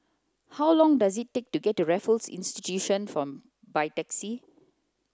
how long does it take to get to Raffles Institution by taxi